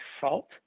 fault